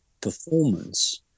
performance